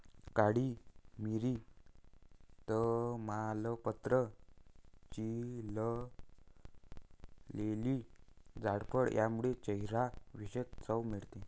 काळी मिरी, तमालपत्र, चिरलेली जायफळ यामुळे चहाला विशेष चव मिळते